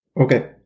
Okay